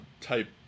type